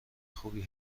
خوبی